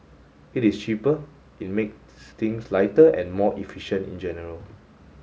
it is cheaper it makes things lighter and more efficient in general